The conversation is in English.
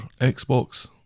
Xbox